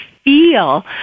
feel